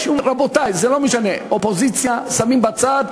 רבותי, זה לא משנה, אופוזיציה שמים בצד,